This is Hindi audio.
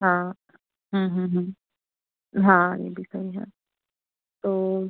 हाँ हाँ ये भी सही है तो